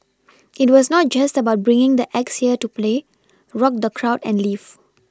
it was not just about bringing the acts here to play rock the crowd and leave